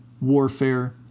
warfare